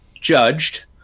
judged